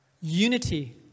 Unity